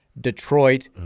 Detroit